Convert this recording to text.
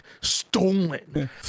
stolen